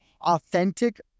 authentic